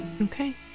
Okay